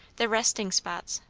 the resting spots,